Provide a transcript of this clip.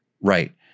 Right